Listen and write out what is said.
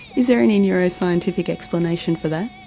is there any neuro-scientific explanation for that?